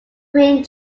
queen